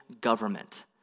government